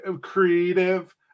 creative